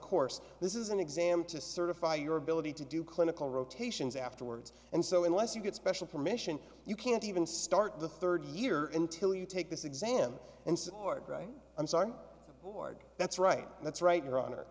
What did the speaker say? course this is an exam to certify your ability to do clinical rotations afterwards and so unless you get special permission you can't even start the third year until you take this exam and hard right i'm sorry board that's right that's right